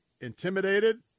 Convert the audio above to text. intimidated